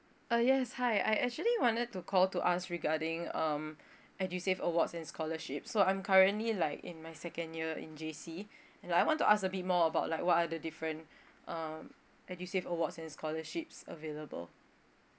uh yes hi I actually wanted to call to ask regarding um edusave awards and scholarship so I'm currently like in my second year in J_C and I want to ask a bit more about like what are the different uh edusave awards and scholarships available